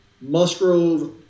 Musgrove